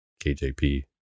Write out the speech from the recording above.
KJP